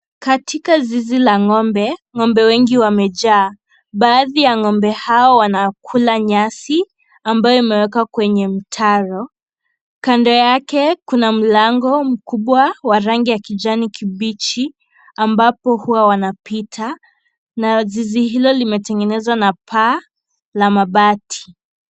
Katika zizi la ng'ombe, ng'ombe wengi wamejaa. Baadhi ya ng'ombe hao wanakula nyasi ambayo imewekwa kwenye mtaro, kando yake kuna mlango mkubwa wa rangi ya kijani kibichi, ambapo huwa wanapita, na zizi hilo limetengenezwa na paa la mabati.